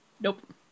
Nope